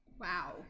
Wow